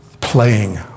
playing